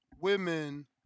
women